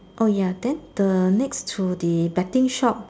oh ya then the next to the betting shop